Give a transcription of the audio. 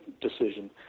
decision